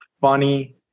funny